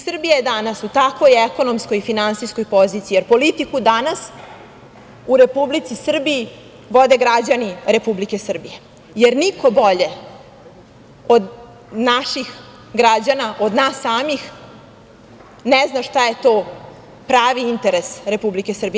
Srbija je danas u takvoj ekonomskoj i finansijskoj poziciji, jer politiku danas u Republici Srbiji vode građani Republike Srbije, pošto niko bolje od naših građana, od nas samih, ne zna šta je to pravi interes Republike Srbije.